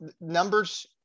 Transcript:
numbers